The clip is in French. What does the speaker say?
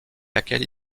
laquelle